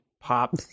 pop